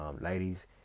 ladies